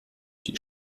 die